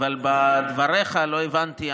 אבל מדבריך לא הבנתי,